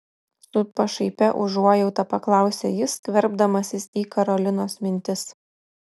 su pašaipia užuojauta paklausė jis skverbdamasis į karolinos mintis